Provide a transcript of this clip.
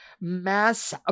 mass